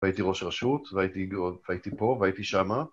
והייתי ראש רשות, והייתי פה, והייתי שמה